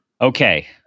Okay